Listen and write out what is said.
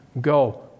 go